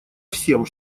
всем